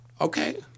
okay